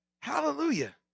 Hallelujah